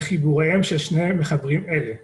חיבוריהם של שני מחברים אלה.